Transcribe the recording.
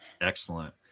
excellent